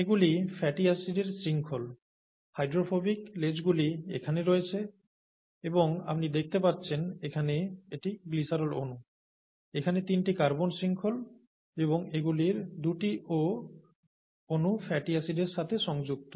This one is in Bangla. এগুলি ফ্যাটি অ্যাসিডের শৃঙ্খল হাইড্রোফোবিক লেজগুলি এখানে রয়েছে এবং আপনি দেখতে পাচ্ছেন এখানে এটি গ্লিসারল অণু এখানে তিনটি কার্বন শৃঙ্খল এবং এগুলির দুটি O অণু ফ্যাটি অ্যাসিডের সাথে সংযুক্ত